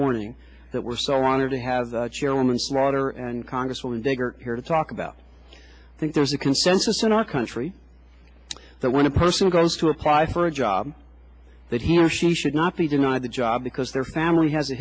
morning that we're so honored to have chairwoman slaughter and congresswoman digger here to talk about i think there's a consensus in our country that when a person goes to apply for a job that he or she should not be denied a job because their family has a